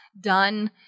done